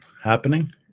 happening